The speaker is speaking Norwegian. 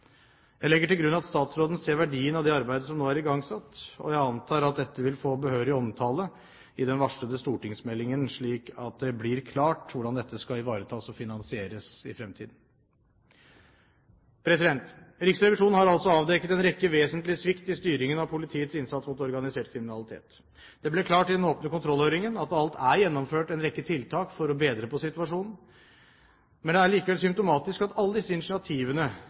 Jeg legger til grunn at statsråden ser verdien av det arbeidet som nå er igangsatt, og jeg antar at dette vil få behørig omtale i den varslede stortingsmeldingen, slik at det blir klart hvordan dette skal ivaretas og finansieres i fremtiden. Riksrevisjonen har altså avdekket en rekke vesentlige svikt i styringen av politiets innsats mot organisert kriminalitet. Det ble klart i den åpne kontrollhøringen at det alt er gjennomført en rekke tiltak for å bedre på situasjonen, men det er likevel symptomatisk at alle disse initiativene